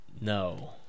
No